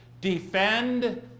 defend